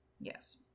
Yes